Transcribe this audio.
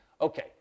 Okay